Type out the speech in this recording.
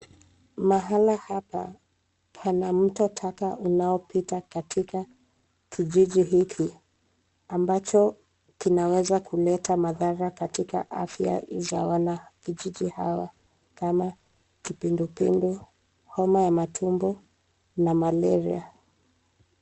Mahala hapa pana mto taka unaopita katika kijiji hiki ambacho kinaweza kuleta mathara katika afya za wanakijiji hawa kama kipindupindu, homa ya matumbo na malaria.